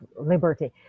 liberty